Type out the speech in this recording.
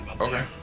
Okay